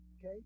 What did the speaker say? Okay